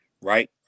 right